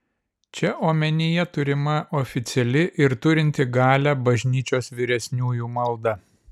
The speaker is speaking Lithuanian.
čia omenyje turima oficiali ir turinti galią bažnyčios vyresniųjų malda